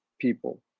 people